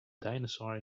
dinosaur